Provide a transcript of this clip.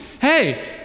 hey